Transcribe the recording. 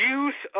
use